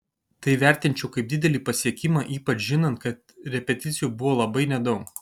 tai vertinčiau kaip didelį pasiekimą ypač žinant kad repeticijų buvo labai nedaug